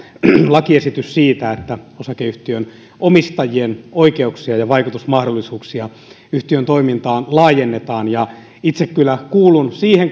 lakiesitys siitä että osakeyhtiön omistajien oikeuksia ja vaikutusmahdollisuuksia yhtiön toimintaan laajennetaan itse kyllä kuulun siihen